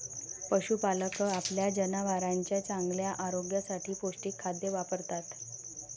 पशुपालक आपल्या जनावरांच्या चांगल्या आरोग्यासाठी पौष्टिक खाद्य वापरतात